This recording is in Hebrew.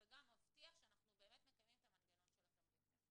וגם מבטיח שאנחנו באמת מקיימים את המנגנון של התמריצים.